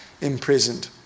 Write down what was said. imprisoned